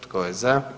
Tko je za?